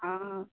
हँ